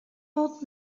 old